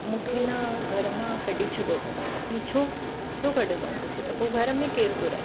मूंखे न घर मां कढी छॾियो अथऊं कई छो छो कढियूं अथऊम तोखे त पोइ घर में केर थो रहे